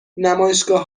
نمایشگاه